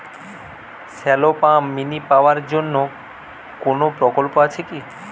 Shallow pump mini power জন্য কোনো প্রকল্প আছে কি?